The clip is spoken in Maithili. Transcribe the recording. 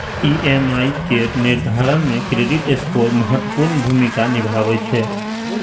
ई.एम.आई केर निर्धारण मे क्रेडिट स्कोर महत्वपूर्ण भूमिका निभाबै छै